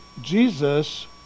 Jesus